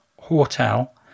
hotel